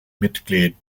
mitglied